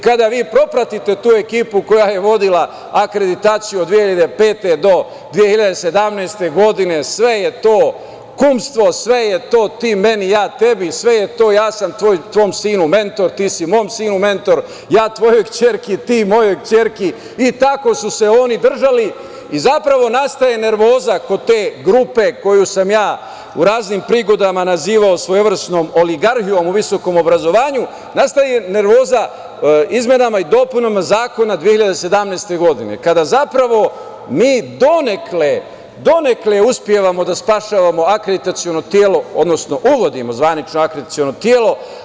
Kada vi propratite tu ekipu koja je vodila akreditaciju od 2005. do 2017. godine sve je to kumstvo, sve je to ti meni, ja tebi, sve je to ja sam tvom sinu mentor, ti si mom sinu mentor, ja tvojoj kćerki, ti mojoj kćerki i tako su se oni držali i zapravo nastaje nervoza kod te grupe koju sam ja u raznim prilikama nazivao svojevrsnom oligarhijom u visokom obrazovanju, nastaje nervoza izmenama i dopunama zakona 2017. godine, kada mi donekle uspevamo da spašavamo akreditaciono telo, odnosno uvodimo zvanično akreditaciono telo.